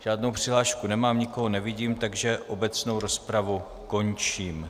Žádnou přihlášku nemám, nikoho nevidím, takže obecnou rozpravu končím.